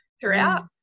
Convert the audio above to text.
throughout